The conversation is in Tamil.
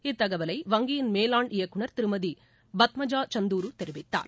இத்தகவலை வங்கியின் மேலாண் இயக்குனர் திருமதி பத்மஜா சுந்தூரு தெரிவித்தார்